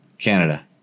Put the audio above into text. Canada